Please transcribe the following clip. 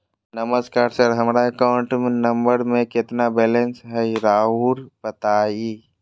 नमस्कार सर हमरा account number में कितना बैलेंस हेई राहुर बताई?